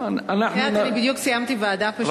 סיימתי ועדה.